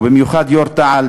ובמיוחד יו"ר תע"ל,